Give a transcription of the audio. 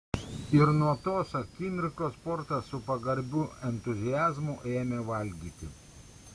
ir nuo tos akimirkos portas su pagarbiu entuziazmu ėmė valgyti